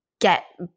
get